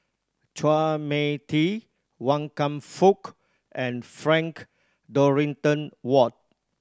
Chua Mia Tee Wan Kam Fook and Frank Dorrington Ward